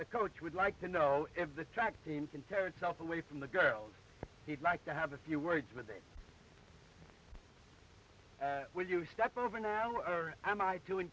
the coach would like to know if the track team can tear itself away from the girls he'd like to have a few words with it will you step over now or am i to in